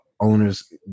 owners